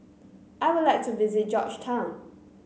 I would like to visit Georgetown